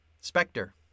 Spectre